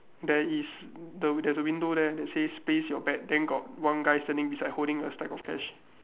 there is the there is a window there that says place your bet then got one guy standing beside holding a stack of cash